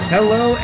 Hello